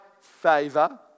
favor